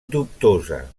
dubtosa